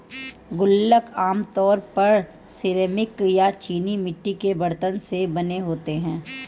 गुल्लक आमतौर पर सिरेमिक या चीनी मिट्टी के बरतन से बने होते हैं